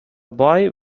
boy